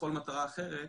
לכל מטרה אחרת,